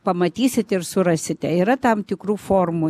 pamatysite ir surasite yra tam tikrų formų